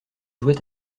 jouait